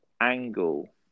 angle